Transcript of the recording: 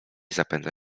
zapędza